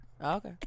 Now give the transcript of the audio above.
Okay